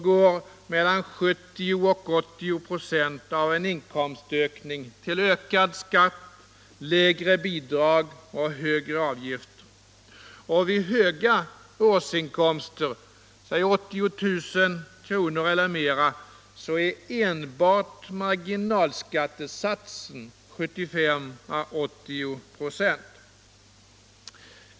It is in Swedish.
går mellan 70 och 80 26 av en inkomstökning till ökad skatt, lägre bidrag och högre avgifter. Vid höga årsinkomster — 80 000 kr. eller mera — är enbart marginalskattesatsen 75-80 96.